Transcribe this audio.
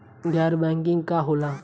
गैर बैंकिंग का होला?